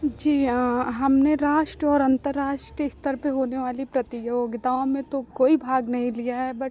जी हाँ राष्ट्र और अंतरराष्ट्रीय स्तर पर होने वाली प्रतियोगिताओं में तो कोई भाग नहीं लिया है बट